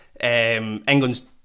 England's